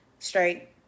straight